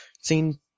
seen